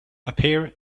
appear